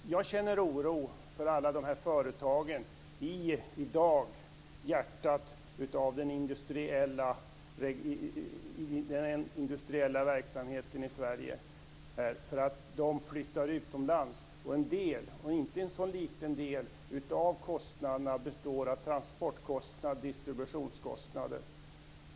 Jag känner oro för alla företag i hjärtat av den industriella verksamheten i Sverige. De flyttar utomlands. En del, och inte en så liten del, av kostnaderna består av transportkostnader och distributionskostnader.